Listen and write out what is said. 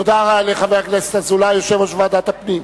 תודה לחבר הכנסת אזולאי, יושב-ראש ועדת הפנים.